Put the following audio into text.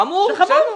חמור, בסדר.